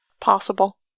Possible